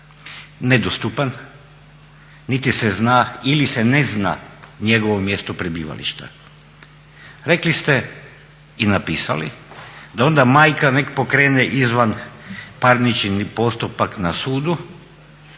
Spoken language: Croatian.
nedostupan niti se zna ili se ne zna njegovo mjesto prebivališta. Rekli ste i napisali da onda majka nek' pokrene izvanparnični postupak na sudu